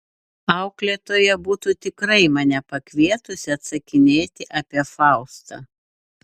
auklėtoja būtų tikrai mane pakvietusi atsakinėti apie faustą